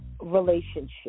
relationship